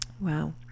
Wow